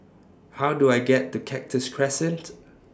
How Do I get to Cactus Crescent